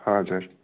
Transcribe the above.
हजुर